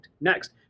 Next